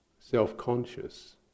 self-conscious